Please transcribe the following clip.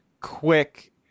quick